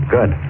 Good